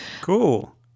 Cool